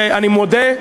שאני מודה,